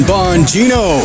Bongino